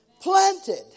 planted